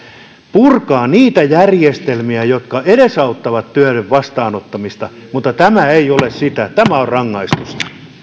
purkaa niitä järjestelmiä joiden purku edesauttaa töiden vastaanottamista mutta tämä ei ole sitä tämä on rangaistusta